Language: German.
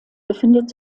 befindet